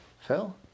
Phil